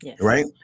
right